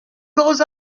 goes